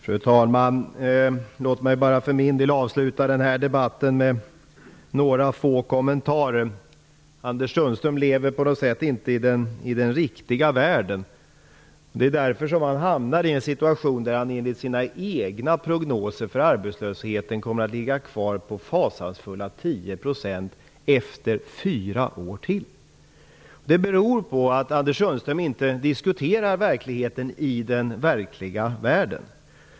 Fru talman! Jag vill avslutningsvis göra några kommentarer. Anders Sundström lever på något sätt inte i den riktiga världen. Därför hamnar han i situationer där hans egna prognoser för arbetslösheten kommer att ligga kvar på fasansfulla 10 % efter ytterligare fyra år. Det beror på att Anders Sundström inte diskuterar verkligheten i den verkliga världen.